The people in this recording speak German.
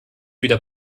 wieder